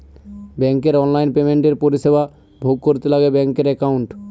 ব্যাঙ্কের অনলাইন পেমেন্টের পরিষেবা ভোগ করতে লাগে ব্যাঙ্কের একাউন্ট